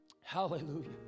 Hallelujah